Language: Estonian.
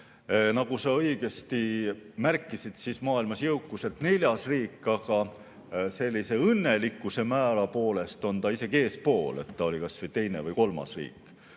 nagu sa õigesti märkisid, maailmas jõukuselt neljas riik, aga õnnelikkuse määra poolest on ta isegi eespool, vist teine või kolmas riik.